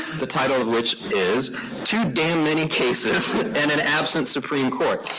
the title of which is too damn many cases and an absent supreme court.